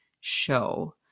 show